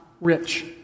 rich